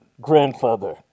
Grandfather